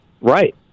Right